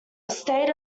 state